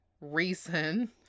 reason